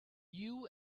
you